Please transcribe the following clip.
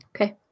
okay